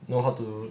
know how to